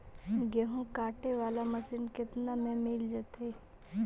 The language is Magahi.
गेहूं काटे बाला मशीन केतना में मिल जइतै?